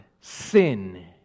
sin